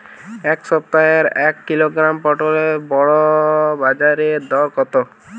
এ সপ্তাহের এক কিলোগ্রাম পটলের গড় বাজারে দর কত?